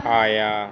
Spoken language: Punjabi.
ਆਇਆ